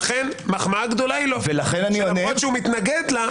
לכן מחמאה גדולה היא לו שלמרות שמתנגד לה,